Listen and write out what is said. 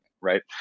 right